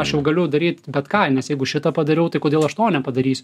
aš jau galiu daryt bet kainą nes jeigu šitą padariau tai kodėl aš to nepadarys